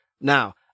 Now